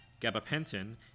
Gabapentin